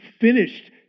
finished